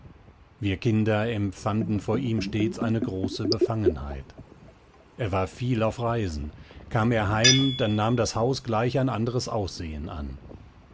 wir kinder empfanden vor ihm stets große befangenheit er war viel auf reisen kam er heim dann nahm das haus gleich ein anderes aussehen an